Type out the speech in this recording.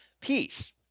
peace